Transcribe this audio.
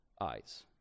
eyes